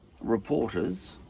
reporters